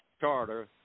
charter